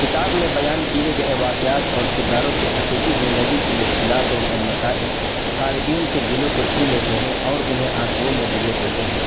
کتاب میں بیان کیے گئے واقعات اور کرداروں کی حقیقی زندگی کی مشکلات اور مسائل قارئین کے دلوں کو چھو لیتے ہیں اور انہیں آنسوؤں میں ڈبو دیتے ہیں